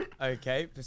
Okay